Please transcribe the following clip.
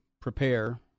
prepare